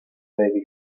baby